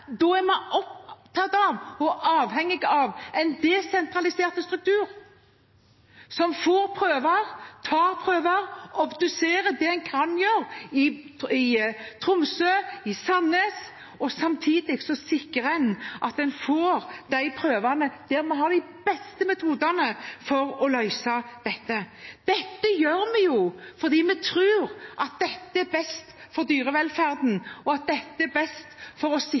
Da er vi opptatt av og avhengig av en desentralisert struktur som får prøver, tar prøver, obduserer det en kan i Tromsø og i Sandnes, og samtidig sikrer en at en får de prøvene der vi har de beste metodene for å løse dette. Dette gjør vi fordi vi tror at dette er best for dyrevelferden, og at dette er best for å